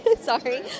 Sorry